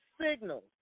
signals